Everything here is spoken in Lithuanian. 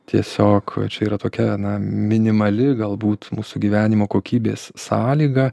tiesiog va čia yra tokia minimali galbūt mūsų gyvenimo kokybės sąlyga